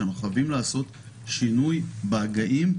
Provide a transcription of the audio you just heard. שאנחנו חייבים לעשות שינוי בהגאים,